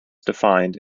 defined